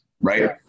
right